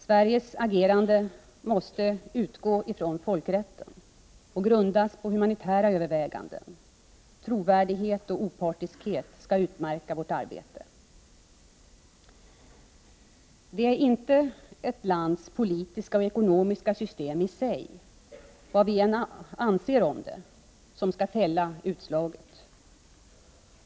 Sveriges agerande måste utgå från folkrätten och grundas på humanitära överväganden. Trovärdighet och opartiskhet måste utmärka vårt arbete. Det är inte ett lands politiska eller ekonomiska system i sig — vad vi än anser om det — som skall fälla utslaget.